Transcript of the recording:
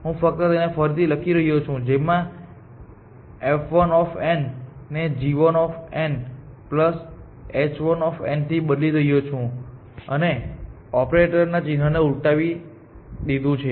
હું ફક્ત તેને ફરીથી લખી રહ્યો છું જેમાં f1 ને g1h1 થી બદલી રહ્યો છું અને ઓપરેટર ના ચિહ્નને ઉલટાવી દીધું છે